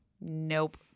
Nope